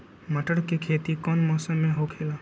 मटर के खेती कौन मौसम में होखेला?